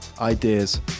Ideas